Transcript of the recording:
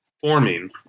forming